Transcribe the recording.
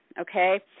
Okay